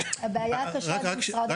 הבעיה הקשה זה משרד הבריאות.